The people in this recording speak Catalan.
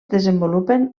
desenvolupen